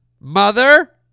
Mother